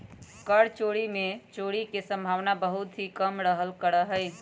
कर चोरी में चोरी के सम्भावना बहुत ही कम रहल करा हई